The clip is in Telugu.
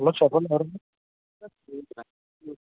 హలో శోభన్ గారు